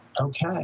okay